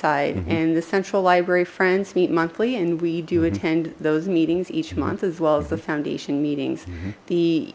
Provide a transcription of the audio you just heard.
side and the central library friends meet monthly and we do attend those meetings each month as well as the foundation meetings the